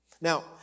Now